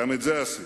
וגם את זה עשינו,